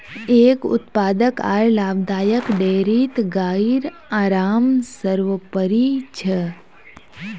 एक उत्पादक आर लाभदायक डेयरीत गाइर आराम सर्वोपरि छ